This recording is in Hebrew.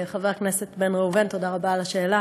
חבר הכנסת בן ראובן, תודה רבה על השאלה.